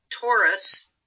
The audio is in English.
Taurus